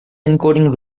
encoding